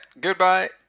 goodbye